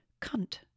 cunt